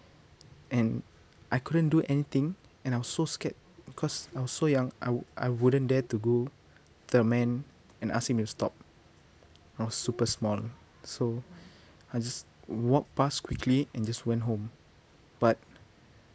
and I couldn't do anything and I was so scared cause I was so young I wou~ I wouldn't dare to go the man and ask him to stop I was super small so I just walk past quickly and just went home but